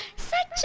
set